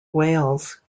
wales